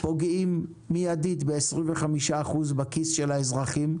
פוגעים מיידית ב-25% בכיס של האזרחים,